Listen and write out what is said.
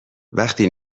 وقتی